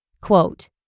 Quote